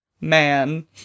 man